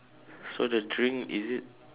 so the drink is it